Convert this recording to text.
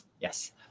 Yes